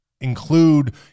include